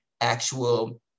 actual